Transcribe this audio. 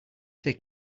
take